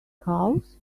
house